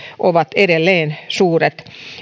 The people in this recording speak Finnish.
ovat edelleen suuret